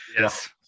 Yes